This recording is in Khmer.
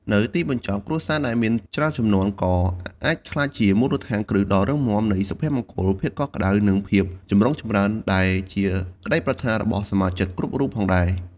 នៅទីបញ្ចប់ គ្រួសារដែលមានច្រើនជំនាន់ក៏អាចក្លាយជាមូលដ្ឋានគ្រឹះដ៏រឹងមាំនៃសុភមង្គល ភាពកក់ក្តៅ និងភាពចម្រុងចម្រើន ដែលជាក្តីប្រាថ្នារបស់សមាជិកគ្រប់រូបផងដែរ។